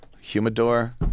Humidor